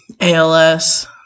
ALS